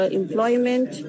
employment